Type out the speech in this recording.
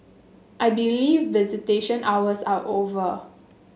I believe visitation hours are over